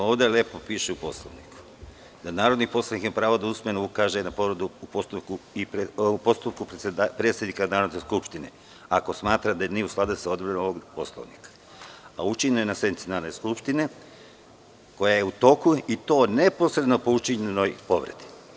Ovde lepo piše u Poslovniku da narodni poslanik ima pravo da usmeno ukaže na povredu u postupku predsednika Narodne skupštine, ako smatra da nije u skladu sa odredbama ovog poslovnika, a učinjeno je na sednici Narodne skupštine koja je u toku i to neposredno po učinjenoj povredi.